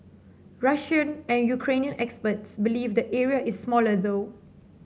Russian and Ukrainian experts believe the area is smaller though